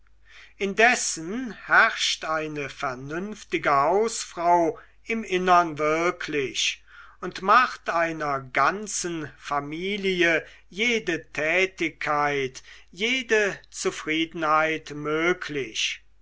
indessen herrscht eine vernünftige hausfrau im innern wirklich und macht einer ganzen familie jede tätigkeit jede zufriedenheit möglich